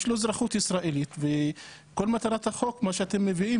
יש לו אזרחות ישראלית וכל מטרת החוק אותו אתם מביאים